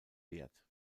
wert